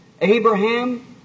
Abraham